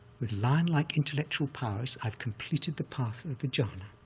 with lion-like intellectual powers, i've completed the path of the jhana